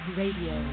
radio